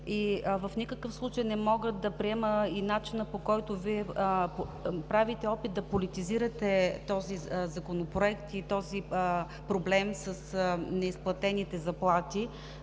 В никакъв случай не мога да приема и начина, по който правите опит да политизирате Законопроекта и проблема с неизплатените заплати.